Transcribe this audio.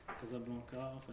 Casablanca